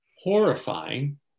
horrifying